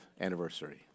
anniversary